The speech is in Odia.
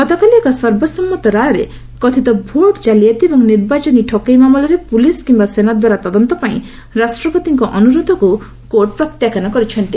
ଗତକାଲି ଏକ ସର୍ବସମ୍ମତ ରାୟରେ କଥିତ ଭୋଟ ଜାଲିଆତି ଏବଂ ନିର୍ବାଚନୀ ଠକେଇ ମାମଲାରେ ପୁଲିସ କିମ୍ବା ସେନାଦ୍ୱାରା ତଦନ୍ତ ପାଇଁ ରାଷ୍ଟ୍ରପତିଙ୍କ ଅନୁରୋଧକୁ କୋର୍ଟ ପ୍ରତ୍ୟାଖ୍ୟାନ କରିଛନ୍ତି